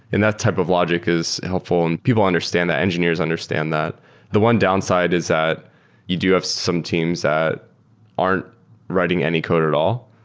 and that type of logic is helpful and people understand that, engineers understand that the one downside is that you do have some teams that aren't writing any code at all.